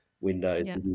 window